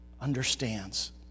Understands